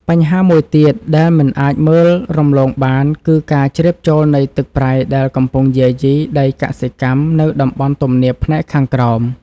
បញ្ហាមួយទៀតដែលមិនអាចមើលរំលងបានគឺការជ្រាបចូលនៃទឹកប្រៃដែលកំពុងយាយីដីកសិកម្មនៅតំបន់ទំនាបផ្នែកខាងក្រោម។